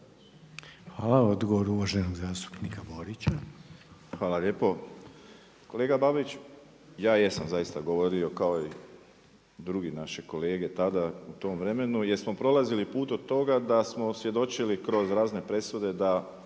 Hvala. Odgovor uvaženog zastupnika Borića. **Borić, Josip (HDZ)** Hvala lijepo. Kolega Babić, ja jesam zaista govorio kao i drugi naši kolege tada u tom vremenu jer smo prolazili put od toga da smo svjedočili kroz razne presude da